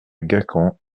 gacon